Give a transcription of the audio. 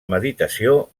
meditació